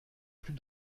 plus